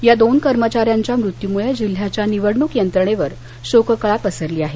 या दोन कर्मचाऱ्यांच्या मृत्यूमुळे जिल्ह्याच्या निवडणूक यंत्रणेवर शोककळा पसरली आहे